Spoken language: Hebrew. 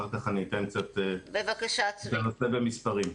אחר כך אני אתן קצת את הנושא במספרים.